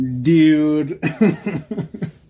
Dude